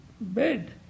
bed